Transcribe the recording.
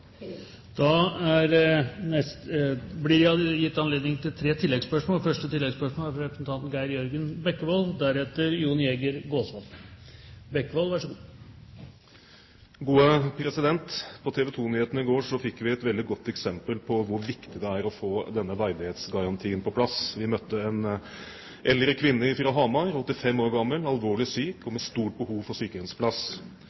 blir gitt abledning til tre oppfølgingsspørsmål – først Geir Jørgen Bekkevold. På TV 2-nyhetene i går fikk vi et veldig godt eksempel på hvor viktig det er å få verdighetsgarantien på plass. Vi møtte en eldre kvinne fra Hamar, 85 år gammel, alvorlig syk og